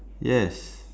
yes